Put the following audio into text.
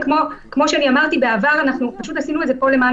וכמו שאמרתי בעבר פשוט עשינו את זה פה למען